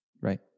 Right